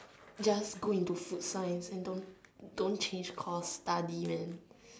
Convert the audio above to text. just go into food science and don't don't change course study and